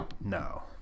no